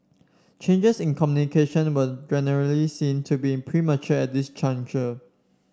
changes in communication were generally seen to be premature at this juncture